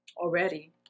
already